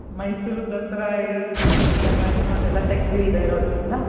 ಮೈಸೂರು ದಸರಾ ಇದು ಮುಗಿತಲ್ಲವಾ ಇನ್ನೂ ಅದೆಲ್ಲ ತೆಗೆದಿಲ್ದೆ ಇರೋದರಿಂದ